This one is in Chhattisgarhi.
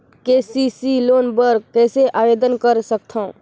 के.सी.सी लोन बर कइसे आवेदन कर सकथव?